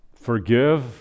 Forgive